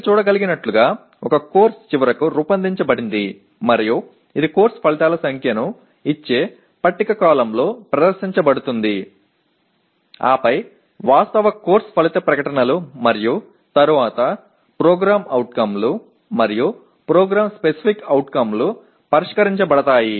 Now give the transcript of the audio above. మీరు చూడగలిగినట్లుగా ఒక కోర్సు చివరకు రూపొందించబడింది మరియు ఇది కోర్సు ఫలితాల సంఖ్యను ఇచ్చే పట్టిక కాలమ్లో ప్రదర్శించబడుతుంది ఆపై వాస్తవ కోర్సు ఫలిత ప్రకటనలు మరియు తరువాత PO లు మరియు PSO పరిష్కరించబడతాయి